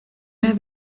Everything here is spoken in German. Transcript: mir